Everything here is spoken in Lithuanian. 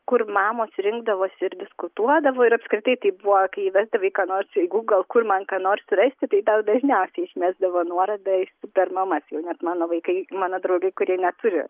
kur mamos rinkdavosi ir diskutuodavo ir apskritai tai buvo kai įvesdavai ką nors į google kur man ką nors rasti tai tau dažniausiai išmesdavo nuorodą į super mamas jau net mano vaikai mano draugai kurie neturi